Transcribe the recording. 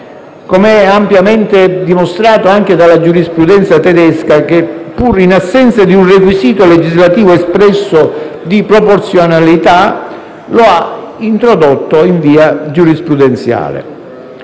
come è ampiamente dimostrato dalla giurisprudenza tedesca che, pur in assenza di un requisito legislativo espresso di proporzionalità, ha introdotto tale principio in via giurisprudenziale.